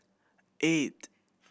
eight